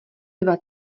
dva